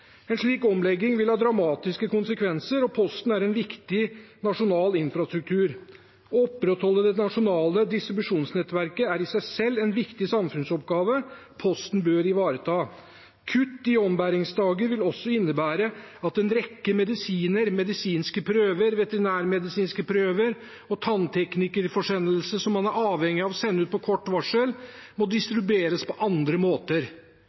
En slik omlegging vil ha dramatiske konsekvenser, og Posten er en viktig nasjonal infrastruktur. Å opprettholde det nasjonale distribusjonsnettverket er i seg selv en viktig samfunnsoppgave Posten bør ivareta. Kutt i ombæringsdager vil også innebære at en rekke medisiner, medisinske prøver, veterinærmedisinske prøver og tannteknikerforsendelser som man er avhengig av å sende ut på kort varsel, må distribueres på andre måter.